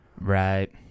Right